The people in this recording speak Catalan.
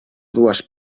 dues